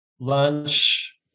lunch